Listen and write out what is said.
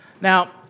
Now